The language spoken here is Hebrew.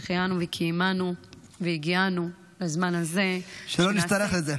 שהחיינו וקיימנו והגענו לזמן הזה --- שלא נצטרך את זה.